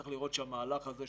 צריך לראות שהמהלך הזה,